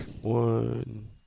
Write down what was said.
One